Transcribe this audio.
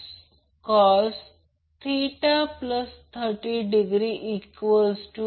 9 lagging वाढवण्यासाठी load समांतर delta जोडलेल्या तीन कॅपेसिटर kVAr रेटिंग आहे